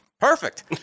Perfect